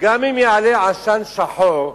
גם אם יעלה עשן שחור,